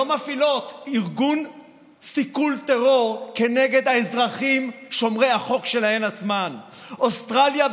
מפעילות ארגון סיכול טרור נגד האזרחים שומרי החוק שלהן עצמם: אוסטרליה,